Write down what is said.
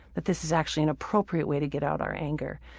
that this is actually an appropriate way to get out our anger.